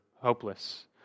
Hopeless